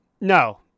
no